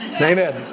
Amen